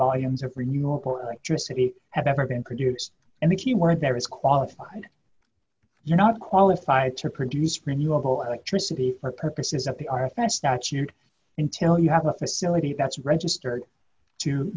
volumes of renewable electricity have ever been produced and the key word there is qualified you're not qualified to produce renewable electricity for purposes of the our offense statute until you have a facility that's registered to